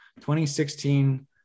2016